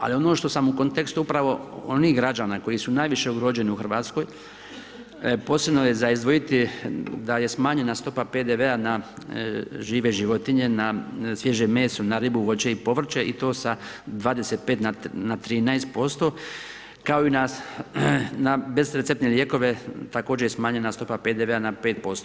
Ali ono što sam u kontekstu upravo, onih građana koji su najviše ugroženi u Hrvatskoj, posebno je za izdvojiti da je smanjena stopa PDV-a na žive životinje na sviježe meso, na ribu, voće i povrće i to sa 25 na 13% kao i na besrepceptne lijekove, također smanjena stopa PDV-a na 5%